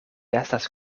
estas